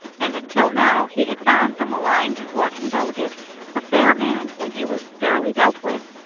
and until now he had found the maligned walking delegate a fair man when he was fairly dealt with.